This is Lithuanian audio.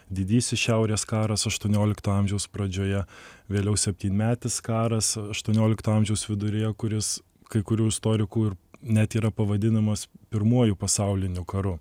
didysis šiaurės karas aštuoniolikto amžiaus pradžioje vėliau septynmetis karas aštuoniolikto amžiaus viduryje kuris kai kurių istorikų ir net yra pavadinamas pirmuoju pasauliniu karu